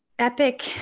Epic